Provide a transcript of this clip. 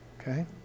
Okay